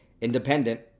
independent